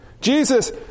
Jesus